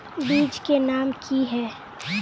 बीज के नाम की है?